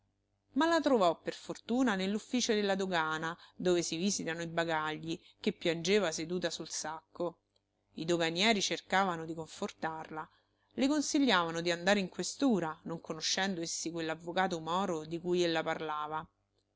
ma la trovò per fortuna nell'ufficio della dogana dove si visitano i bagagli che piangeva seduta sul sacco i doganieri cercavano di confortarla le consigliavano di andare in questura non conoscendo essi quell'avvocato moro di cui ella parlava